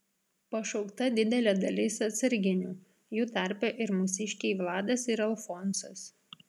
pašaukta didelė dalis atsarginių jų tarpe ir mūsiškiai vladas ir alfonsas